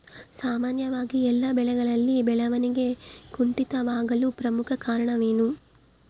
ಸಾಮಾನ್ಯವಾಗಿ ಎಲ್ಲ ಬೆಳೆಗಳಲ್ಲಿ ಬೆಳವಣಿಗೆ ಕುಂಠಿತವಾಗಲು ಪ್ರಮುಖ ಕಾರಣವೇನು?